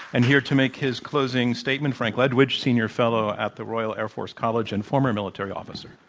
and here to make his closing statement, frank ledwidge, senior fellow at the royal air force college and former military officer.